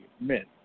men